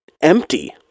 empty